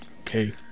Okay